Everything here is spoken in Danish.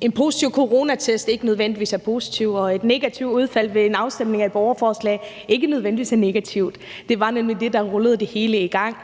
en positiv coronatest ikke nødvendigvis er noget positivt, og at et negativt udfald ved en afstemning om et borgerforslag ikke nødvendigvis er negativt. Det var nemlig det, der rullede det hele i gang,